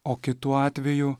o kitu atveju